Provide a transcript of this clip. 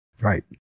Right